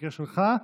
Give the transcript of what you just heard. במקרה שלך.